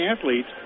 athletes